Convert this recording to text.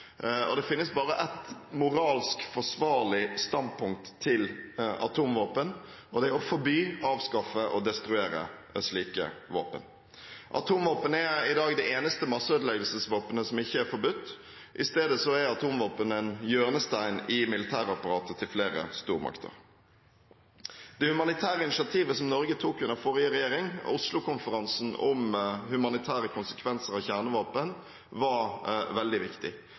og det finnes bare ett moralsk forsvarlig standpunkt til atomvåpen, og det er å forby, avskaffe og destruere slike våpen. Atomvåpen er i dag det eneste masseødeleggelsesvåpenet som ikke er forbudt; i stedet er atomvåpen en hjørnestein i militærapparatet til flere stormakter. Det humanitære initiativet som Norge tok under forrige regjering, Oslo-konferansen om humanitære konsekvenser av kjernevåpen, var veldig viktig.